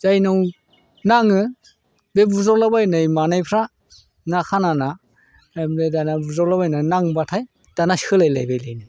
जायनाव नाङो बे बुज्र'लाबायनाय मानायफ्रा ना खाना ना ओमफ्राय दाना बुज्र'लाबायना नांबाथाय दाना सोलायलायबायलायनो